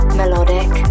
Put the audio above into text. melodic